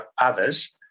others